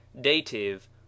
Dative